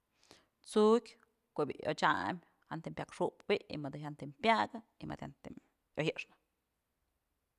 T'sukyë ko'o bi'i yochyam jantëm pyak xujpë bi'i y mëdë jyantëm pyakë jantëm oyjëxnë.